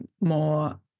more